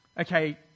okay